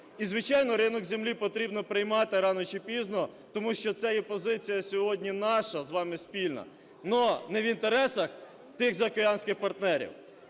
І, звичайно, ринок землі потрібно приймати рано чи пізно, тому що це є позиція сьогодні наша з вами спільна. Але не в інтересах тих заокеанських партнерів.